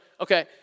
okay